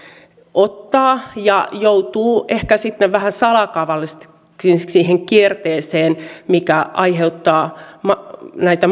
ottaa ja joutuu ehkä sitten vähän salakavalasti siihen kierteeseen mikä aiheuttaa näitä